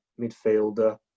midfielder